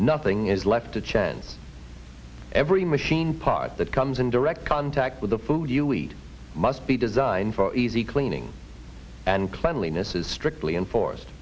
nothing is left to chance every machine part that comes in direct contact with the food you eat must be designed for easy cleaning and cleanliness is strictly enforced